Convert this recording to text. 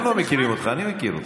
הם לא מכירים אותך, אני מכיר אותך.